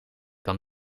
kan